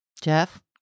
Jeff